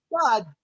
god